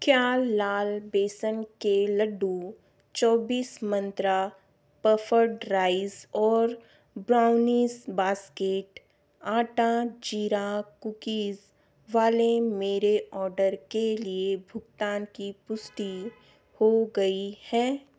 क्या लाल बेसन के लड्डू चौब्बिस मंत्रा पफ्ड राइस और ब्राउनीज़ बास्केट आटा जीरा कुकीज़ वाले मेरे ऑर्डर के लिए भुगतान की पुष्टि हो गई है